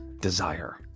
desire